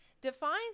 defines